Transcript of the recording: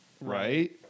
right